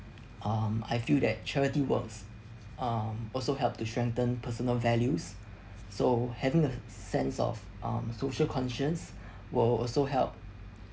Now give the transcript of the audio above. um I feel that charity works um also help to strengthen personal values so having a sense of um social conscious will also help